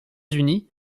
unis